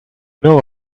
know